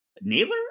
Naylor